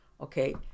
Okay